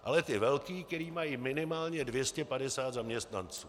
Ale ty velké, které mají minimálně 250 zaměstnanců.